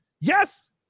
Yes